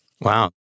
Wow